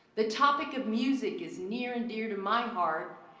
the topic of music is near and dear to my heart.